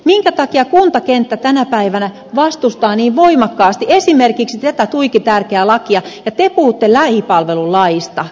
minkä takia kuntakenttä tänä päivänä vastustaa niin voimakkaasti esimerkiksi tätä tuiki tärkeää lakia ja te puhutte lähipalvelulaista